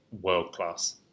world-class